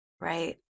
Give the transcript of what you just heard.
Right